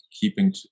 keeping